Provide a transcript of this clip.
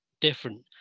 different